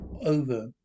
Over